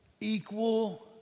equal